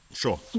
Sure